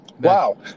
Wow